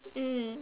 mm